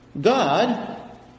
God